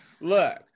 look